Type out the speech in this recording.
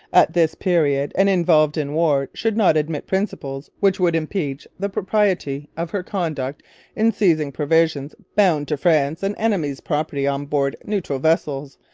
at this period, and involved in war, should not admit principles which would impeach the propriety of her conduct in seizing provisions bound to france, and enemy's property on board neutral vessels,